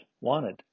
wanted